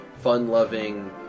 fun-loving